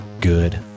good